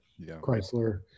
Chrysler